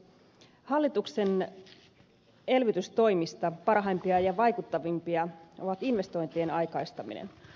hallituksen elvytystoimista parhaimpia ja vaikuttavimpia ovat investointien aikaistaminen